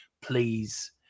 please